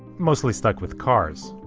mostly stuck with cars.